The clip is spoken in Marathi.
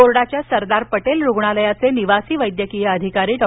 बोर्डाच्या सरदार पटेल रुग्णालयाचे निवासी वैद्यकीय अधिकारी डॉ